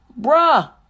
Bruh